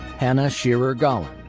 hanna shearer gollan,